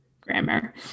grammar